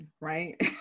right